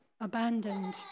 abandoned